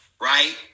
right